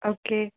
okay